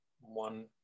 one